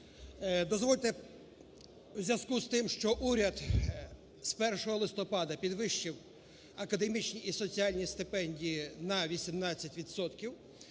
Дозвольте… у зв'язку з тим, що уряд з 1 листопада підвищив академічні і соціальні стипендії на 18